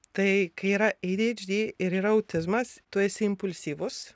tai kai yra ei dy eidž dy ir yra autizmas tu esi impulsyvus